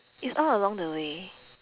it's all along the way